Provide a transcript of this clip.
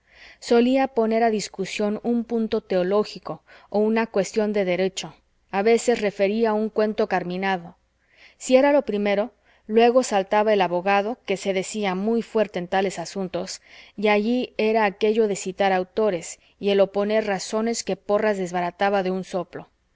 solía poner a discusión un punto teológico o una cuestión de derecho a veces refería un cuento carminado si era lo primero luego saltaba el abogado que se decía muy fuerte en tales asuntos y allí era aquello de citar autores y el oponer razones que porras desbarataba de un soplo